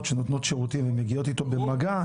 שנותנות שירותים ומגיעות איתו במגע,